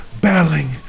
battling